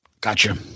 gotcha